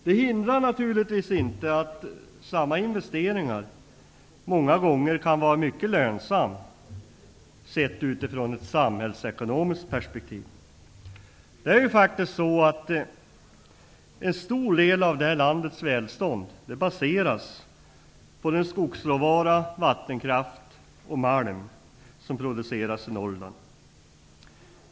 Det hindrar naturligtvis inte att samma investeringar många gånger kan vara mycket lönsamma sett i ett samhällsekonomiskt perspektiv. Det är ju faktiskt så att en stor del av landets välstånd baseras på den skogsråvara, vattenkraft och malm som produceras i Norrland.